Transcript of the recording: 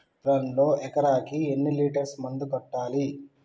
పొలంలో ఎకరాకి ఎన్ని లీటర్స్ మందు కొట్టాలి?